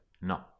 no